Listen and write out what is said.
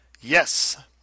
Yes